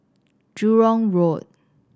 Jurong Road